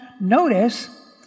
Notice